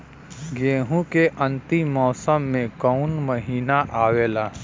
गेहूँ के अंतिम मौसम में कऊन महिना आवेला?